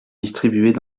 distribuées